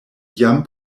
jam